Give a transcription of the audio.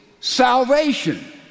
salvation